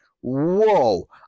Whoa